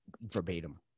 verbatim